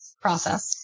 process